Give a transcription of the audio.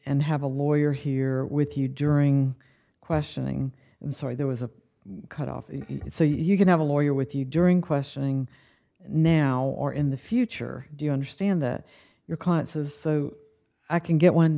and have a lawyer here with you during questioning i'm sorry there was a cut off so you can have a lawyer with you during questioning now or in the future do you understand that your client says so i can get one